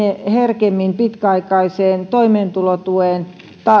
herkemmin pitkäaikaisesti toimeentulotuen